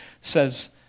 says